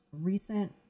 recent